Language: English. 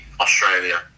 Australia